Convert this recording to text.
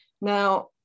Now